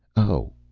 oh,